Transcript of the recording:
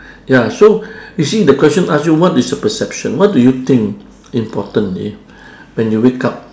ya so you see the question ask you what is your perception what do you think importantly when you wake up